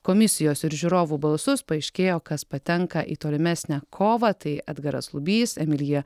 komisijos ir žiūrovų balsus paaiškėjo kas patenka į tolimesnę kovą tai edgaras lubys emilija